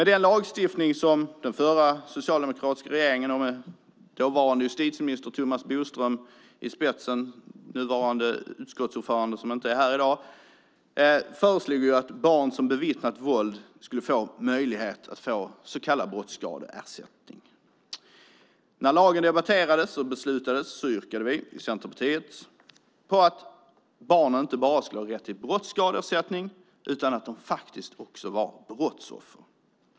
Den lagstiftning som den förra socialdemokratiska regeringen med dåvarande justitieminister - nuvarande utskottsordföranden som inte är här i dag - Thomas Bodström i spetsen föreslog innebar att barn som har bevittnat våld skulle få möjlighet att få så kallad brottsskadeersättning. När lagen debatterades och beslutades yrkade vi i Centerpartiet på att dessa barn inte bara ska ha rätt till brottsskadeersättning utan att de faktiskt också ska ses som brottsoffer.